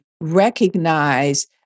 recognize